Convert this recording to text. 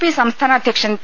P സംസ്ഥാന അധ്യക്ഷൻ P